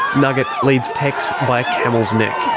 nugget leads tex by a camel's neck.